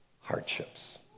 hardships